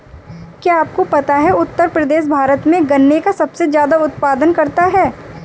क्या आपको पता है उत्तर प्रदेश भारत में गन्ने का सबसे ज़्यादा उत्पादन करता है?